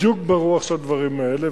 בדיוק ברוח של הדברים האלה,